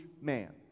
man